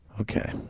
okay